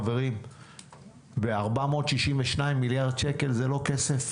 חברים 62 מיליארד שקל זה לא כסף.